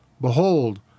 Behold